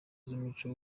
muco